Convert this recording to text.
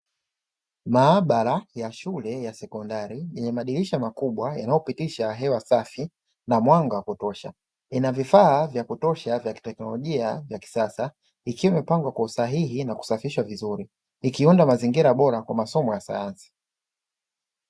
Maabara ya shule ya sekondari, yenye madirisha makubwa yanayopitisha hewa safi na mwanga wa kutosha. Ina vifaa vya kutosha vya kiteknolojia vya kisasa, ikiwa imepangwa kwa usahihi na kusafishwa vizuri, ikiunda mazingira bora kwa masomo ya sayansi.